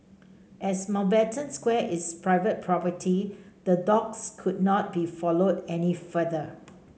as Mountbatten Square is private property the dogs could not be followed any further